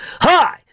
hi